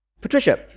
Patricia